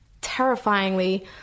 terrifyingly